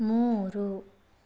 ಮೂರು